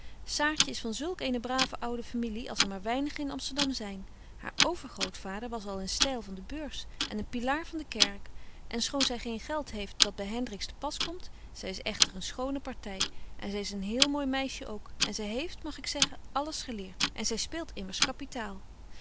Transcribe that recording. saartje is van zulk eene brave oude familie als er maar weinigen in amsterdam zyn haar overgrootvader was al een styl van de beurs en een pylaar van de kerk en schoon zy geen geld heeft dat by hendriks te pas komt zy is echter een schone party en zy is een heel mooi meisje ook en zy heeft mag ik zeggen alles geleert en zy speelt immers kapitaal